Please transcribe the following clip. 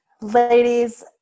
Ladies